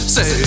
Say